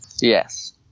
Yes